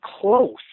close